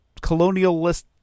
colonialist